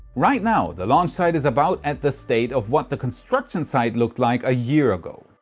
right now, the launch site is about at the state of what the construction site looked like a year ago.